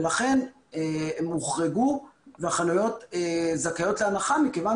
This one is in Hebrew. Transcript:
לכן הן הוחרגו והחנויות זכאיות להנחה מכיוון